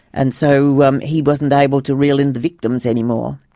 and so um he wasn't able to reel in the victims anymore.